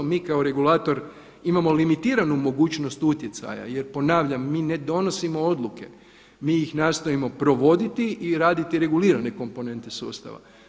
Mi kao regulator imamo limitiranu mogućnost utjecaja jer ponavljam, mi ne donosimo odluke, mi ih nastojimo provoditi i raditi regulirane komponente sustava.